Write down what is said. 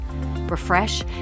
Refresh